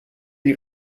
die